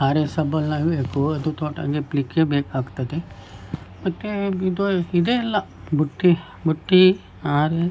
ಹಾರೆ ಸಬ್ಬಲ್ಲಿನ ಬೇಕು ಅದು ತೋಟ ಗೆಫ್ಲಿಕ್ಕೆ ಬೇಕಾಗ್ತದೆ ಮತ್ತೆ ಇದು ಇದೇ ಎಲ್ಲ ಬುಟ್ಟಿ ಬುಟ್ಟಿ ಹಾರೆ